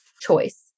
choice